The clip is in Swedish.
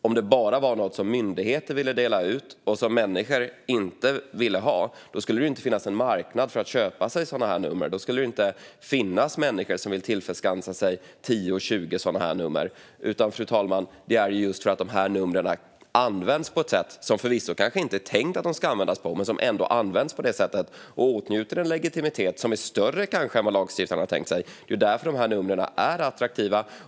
Om det bara var något som myndigheter vill dela ut och som människor inte vill ha, då skulle det inte finnas en marknad för att köpa sådana nummer. Då skulle det inte finnas människor som vill tillskansa sig 10-20 sådana nummer. Det är ju för att dessa nummer används på ett sätt som det kanske inte är tänkt att de ska användas på och åtnjuter en legitimitet som kanske är större än lagstiftarna tänkt sig som de är attraktiva.